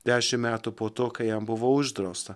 dešim metų po to kai jam buvo uždrausta